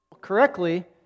correctly